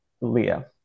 leah